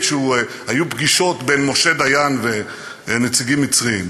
כשהיו פגישות בין משה דיין ונציגים מצרים.